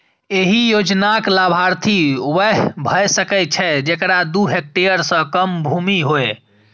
एहि योजनाक लाभार्थी वैह भए सकै छै, जेकरा दू हेक्टेयर सं कम भूमि होय